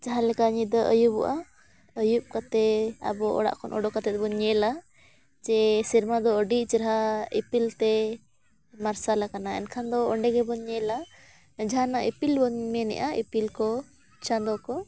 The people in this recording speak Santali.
ᱡᱟᱦᱟᱸ ᱞᱮᱠᱟ ᱧᱤᱫᱟᱹ ᱟᱹᱭᱩᱵᱚᱜᱼᱟ ᱟᱹᱭᱩᱵ ᱠᱟᱛᱮᱫ ᱟᱵᱚ ᱚᱲᱟᱜ ᱠᱷᱚᱱ ᱩᱰᱩᱠ ᱠᱟᱛᱮᱫ ᱫᱚ ᱵᱚᱱ ᱧᱮᱞᱟ ᱡᱮ ᱥᱮᱨᱢᱟ ᱫᱚ ᱟᱹᱰᱤ ᱪᱮᱨᱦᱟ ᱤᱯᱤᱞ ᱛᱮ ᱢᱟᱨᱥᱟᱞ ᱟᱠᱟᱱᱟ ᱮᱱᱠᱷᱟᱱ ᱫᱚ ᱚᱸᱰᱮ ᱜᱮᱵᱚᱱ ᱧᱮᱞᱟ ᱡᱟᱦᱟᱱᱟᱜ ᱤᱯᱤᱞ ᱵᱚᱱ ᱢᱮᱱᱮᱫᱟ ᱤᱯᱤᱞ ᱠᱚ ᱪᱟᱸᱫᱳ ᱠᱚ